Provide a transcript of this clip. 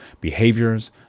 behaviors